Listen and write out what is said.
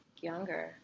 younger